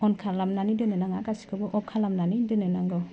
अन खालामनानै दोननो नाङा गासिबखौबो अफ खालामनानै दोननो नांगौ